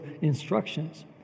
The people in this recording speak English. instructions